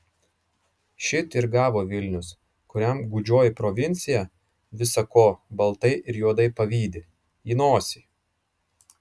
šit ir gavo vilnius kuriam gūdžioji provincija visa ko baltai ir juodai pavydi į nosį